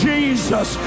Jesus